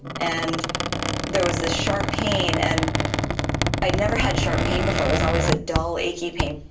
and there was a sharp pain and i never had sharp pain before. it was always a dull, achy pain.